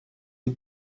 you